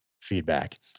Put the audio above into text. feedback